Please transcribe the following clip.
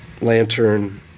Lantern